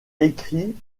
écrit